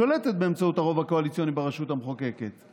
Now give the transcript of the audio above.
שולטת באמצעות הרוב הקואליציוני ברשות המחוקקת,